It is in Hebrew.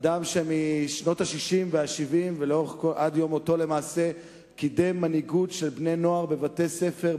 אדם שמשנות ה-60 וה-70 ועד יום מותו קידם מנהיגות של בני נוער בבתי-ספר,